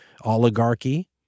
oligarchy